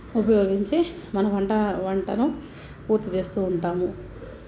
ఉపయోగించి మనం వంట వంటను పూర్తి చేస్తు ఉంటాము